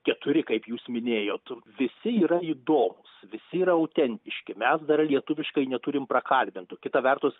keturi kaip jūs minėjot visi yra įdomūs visi yra autentiški mes dar lietuviškai neturim prakalbintų kita vertus